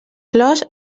flors